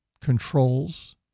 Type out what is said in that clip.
controls